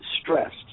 stressed